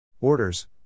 Orders